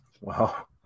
Wow